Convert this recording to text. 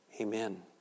Amen